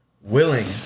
willing